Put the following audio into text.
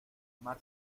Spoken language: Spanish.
mar